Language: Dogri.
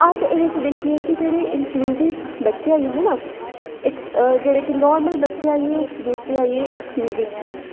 अस एह्दे च दिक्खने कि जेह्ड़े इंकलुसिव बच्चे आई जंदे ना जेह्ड़े की नॉर्मल बच्चे आई गे दूसरे च आई गे कि एक्सकलुसिव च